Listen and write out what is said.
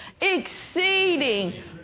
exceeding